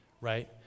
right